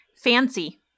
Fancy